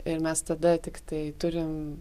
ir mes tada tiktai turim